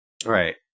Right